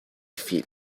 feet